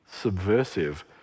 subversive